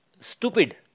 stupid